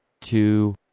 two